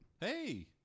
Hey